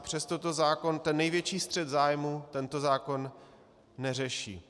Přesto ten největší střet zájmů tento zákon neřeší.